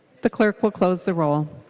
the clerk will close the roll.